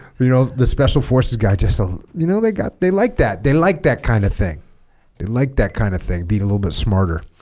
you know the special forces guy just you know they got they like that they like that kind of thing they like that kind of thing being a little bit smarter